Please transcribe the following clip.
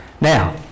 Now